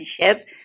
relationship